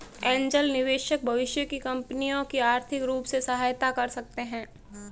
angel निवेशक भविष्य की कंपनियों की आर्थिक रूप से सहायता कर सकते हैं